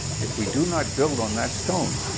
if we do not build on that stone,